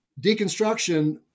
deconstruction